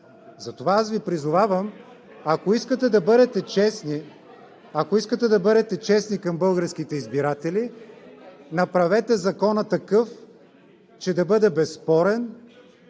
да бъдете честни, ако искате да бъдете честни към българските избиратели, направете Закона такъв, че да бъде безспорен!